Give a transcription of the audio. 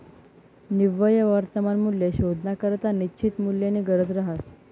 निव्वय वर्तमान मूल्य शोधानाकरता निश्चित मूल्यनी गरज रहास